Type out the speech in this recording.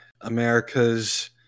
America's